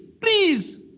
please